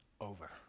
over